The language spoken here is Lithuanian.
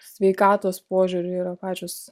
sveikatos požiūriu yra pačios